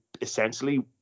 essentially